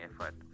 effort